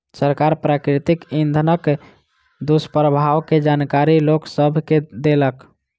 सरकार प्राकृतिक इंधनक दुष्प्रभाव के जानकारी लोक सभ के देलक